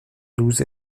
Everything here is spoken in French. douze